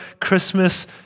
Christmas